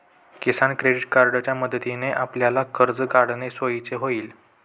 किसान credit कार्डच्या मदतीने आपल्याला कर्ज काढणे सोयीचे होईल